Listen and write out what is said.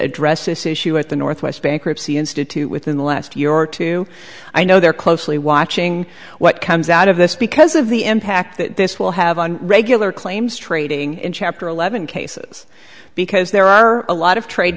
address this issue at the northwest bankruptcy institute within the last year or two i know they're closely watching what comes out of this because of the impact that this will have on regular claims trading in chapter eleven cases because there are a lot of trade